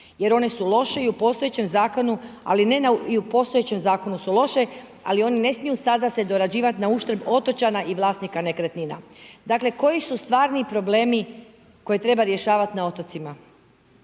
jer one i u postojećem zakonu su loše ali one ne smije sada se dorađivati nauštrb otočana i vlasnika nekretnina. Dakle, koji su stvarni problemi koje treba rješavati na otocima?